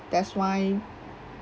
that's why